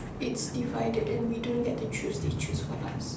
it's divided and we don't get to choose they choose for us